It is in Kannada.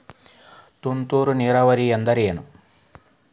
ತುಂತುರು ನೇರಾವರಿ ಅಂದ್ರ ಏನ್?